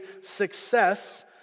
success